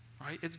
right